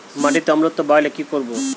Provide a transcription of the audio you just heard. মাটিতে অম্লত্ব বাড়লে কি করব?